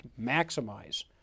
maximize